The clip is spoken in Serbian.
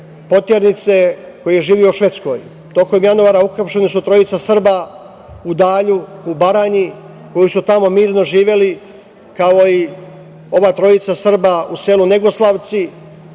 poternice koji živi u Švedskoj. Tokom januara uhapšena su trojica Srba u Dalju, u Baranji, koji su tamo mirno živeli, kao i ova trojica Srba u selu Negoslavci.